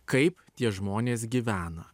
kaip tie žmonės gyvena